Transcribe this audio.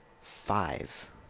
five